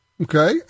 Okay